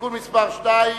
ותיקון חקיקה),